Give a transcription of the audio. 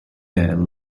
air